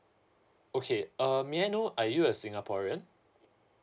okay uh may I know are you a singaporean